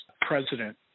president